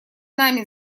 нами